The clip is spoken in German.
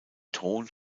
thron